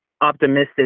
optimistic